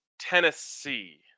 Tennessee